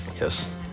Yes